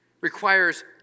requires